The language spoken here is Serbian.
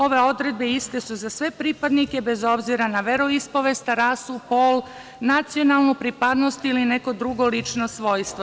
Ove odredbe iste su za sve pripadnike bez obzira na veroispovest, rasu, pol, nacionalnu pripadnost ili neko drugo lično svojstvo.